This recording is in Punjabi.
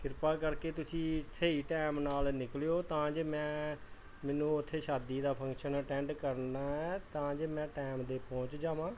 ਕ੍ਰਿਪਾ ਕਰਕੇ ਤੁਸੀਂ ਸਹੀ ਟੈਮ ਨਾਲ ਨਿਕਲਿਓ ਤਾਂ ਜੋ ਮੈਂ ਮੈਨੂੰ ਉੱਥੇ ਸ਼ਾਦੀ ਦਾ ਫੰਕਸ਼ਨ ਅਟੈਂਡ ਕਰਨਾ ਹੈ ਤਾਂ ਜੋ ਮੈਂ ਟੈਮ 'ਤੇ ਪਹੁੰਚ ਜਾਵਾਂ